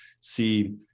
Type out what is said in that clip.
see